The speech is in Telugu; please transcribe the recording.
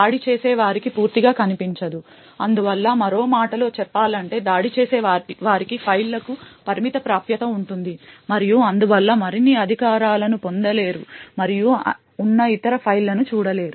దాడి చేసేవారికి పూర్తిగా కనిపించదు అందువల్ల మరో మాటలో చెప్పాలంటే దాడి చేసేవారికి ఫైళ్ళకు పరిమిత ప్రాప్యత ఉంటుంది మరియు అందువల్ల మరిన్ని అధికారాలను పొందలేరు మరియు ఉన్న ఇతర ఫైళ్ళను చూడలేరు